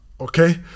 Okay